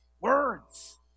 words